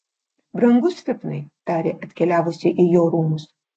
brangus hipnai tarė atkeliavusi į jo rūmus